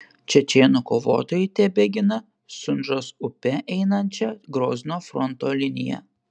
čečėnų kovotojai tebegina sunžos upe einančią grozno fronto liniją